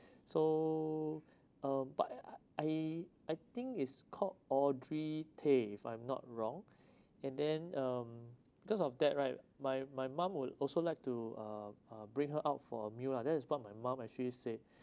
so uh but I I think it's called audrey tay if I'm not wrong and then um because of that right my my mum would also like to uh uh bring her out for a meal lah that is what my mom actually said